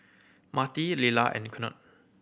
Marti Lilla and Knute